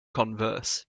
converse